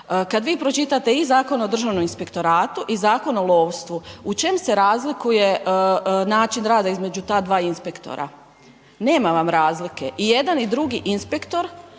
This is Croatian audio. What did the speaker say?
Kad vi pročitate i Zakon o Državnom inspektoratu i Zakon o lovstvu, u čem se razlikuje način rada između ta dva inspektora? Nema vam razlike. I jedan i drugi inspektor